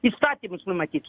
įstatymus numatytus